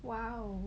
!wow!